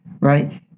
right